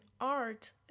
art